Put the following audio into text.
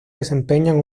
desempeñan